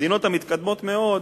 המדינות המתקדמות מאוד,